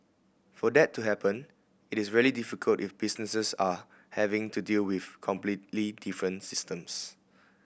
for that to happen it is really difficult if businesses are having to deal with completely different systems